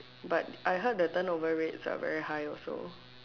but I heard the turnover rates are very high also